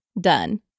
done